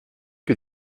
que